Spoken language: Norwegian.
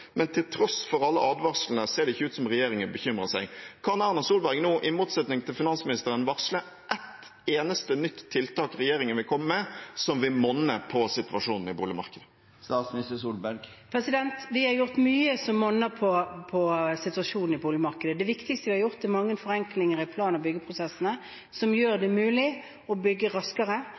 men til tross for alle advarslene ser det ikke ut som at regjeringen bekymrer seg. Kan Erna Solberg nå, i motsetning til finansministeren, varsle ett eneste nytt tiltak regjeringen vil komme med, som vil monne på situasjonen i boligmarkedet? Vi har gjort mye som monner på situasjonen i boligmarkedet. Det viktigste vi har gjort, er mange forenklinger i plan- og byggeprosessene som gjør det mulig å bygge raskere,